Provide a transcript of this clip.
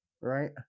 right